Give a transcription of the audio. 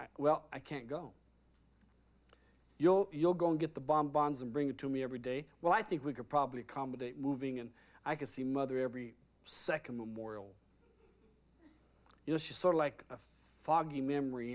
trip well i can't go you'll you'll go and get the bomb bombs and bring it to me every day well i think we could probably accommodate moving and i could see mother every second memorial you know she's sort of like a foggy memory